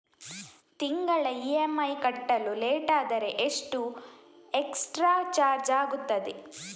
ತಿಂಗಳ ಇ.ಎಂ.ಐ ಕಟ್ಟಲು ಲೇಟಾದರೆ ಎಷ್ಟು ಎಕ್ಸ್ಟ್ರಾ ಚಾರ್ಜ್ ಆಗುತ್ತದೆ?